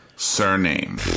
surname